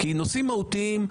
כי נושאים מהותיים,